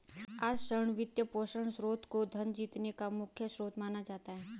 आज ऋण, वित्तपोषण स्रोत को धन जीतने का मुख्य स्रोत माना जाता है